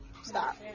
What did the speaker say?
Stop